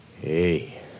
Hey